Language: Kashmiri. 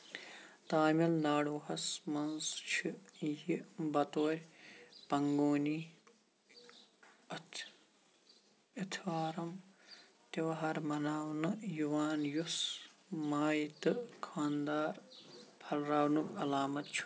تامِل ناڈوہس منٛز چھُ یہِ بطورِ پنٛگوٗنی اَتھ اِتھارٕم تہوار مَناونہٕ یِوان یُس ماے تہٕ خانٛدار پھلراونُک علامت چھُ